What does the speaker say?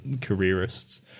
careerists